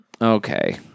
Okay